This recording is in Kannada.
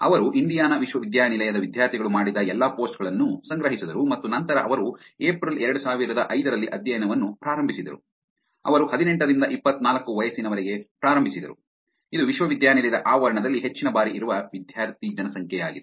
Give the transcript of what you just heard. ಅವರು ಇಂಡಿಯಾನಾ ವಿಶ್ವವಿದ್ಯಾನಿಲಯದ ವಿದ್ಯಾರ್ಥಿಗಳು ಮಾಡಿದ ಎಲ್ಲಾ ಪೋಸ್ಟ್ ಗಳನ್ನು ಸಂಗ್ರಹಿಸಿದರು ಮತ್ತು ನಂತರ ಅವರು ಏಪ್ರಿಲ್ 2005 ರಲ್ಲಿ ಅಧ್ಯಯನವನ್ನು ಪ್ರಾರಂಭಿಸಿದರು ಅವರು ಹದಿನೆಂಟರಿಂದ ಇಪ್ಪತ್ತನಾಲ್ಕು ವಯಸ್ಸಿನವರಿಗೆ ಪ್ರಾರಂಭಿಸಿದರು ಇದು ವಿಶ್ವವಿದ್ಯಾನಿಲಯದ ಆವರಣದಲ್ಲಿ ಹೆಚ್ಚಿನ ಬಾರಿ ಇರುವ ವಿದ್ಯಾರ್ಥಿ ಜನಸಂಖ್ಯೆಯಾಗಿದೆ